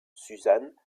suzanne